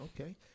Okay